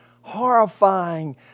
horrifying